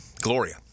Gloria